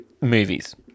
Movies